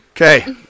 Okay